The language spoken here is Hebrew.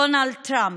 דונלד טראמפ,